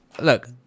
look